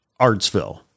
Artsville